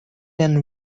then